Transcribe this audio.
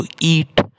eat